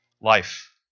life